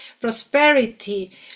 prosperity